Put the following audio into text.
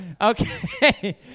Okay